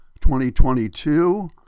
2022